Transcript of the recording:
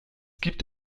gibt